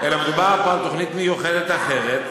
אלא מדובר פה על תוכנית מיוחדת אחרת.